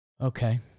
Okay